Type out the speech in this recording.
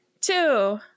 two